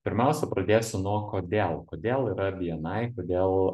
pirmiausia pradėsiu nuo kodėl kodėl yra bni kodėl